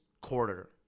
quarter